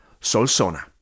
Solsona